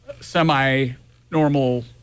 semi-normal